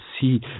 see